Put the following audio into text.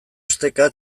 esteka